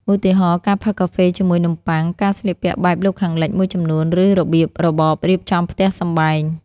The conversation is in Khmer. ឧទាហរណ៍ ការផឹកកាហ្វេជាមួយនំប៉័ង ការស្លៀកពាក់បែបលោកខាងលិចមួយចំនួន ឬរបៀបរបបរៀបចំផ្ទះសម្បែង។